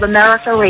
America